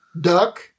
duck